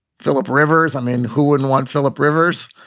philip rivers. i mean, who wouldn't want philip rivers?